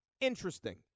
interesting